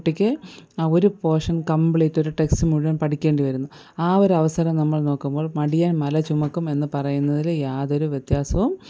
കുട്ടിക്ക് ആ ഒരു പോർഷൻ കമ്പ്ലീറ്റ് ഒരു ടെക്സ്റ്റ് മുഴുവൻ പഠിക്കേണ്ടി വരുന്നു ആ ഒരു അവസരം നമ്മൾ നോക്കുമ്പോൾ മടിയൻ മല ചുമക്കും എന്ന് പറയുന്നതിൽ യാതൊരു വ്യത്യാസവും